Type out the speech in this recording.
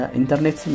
internet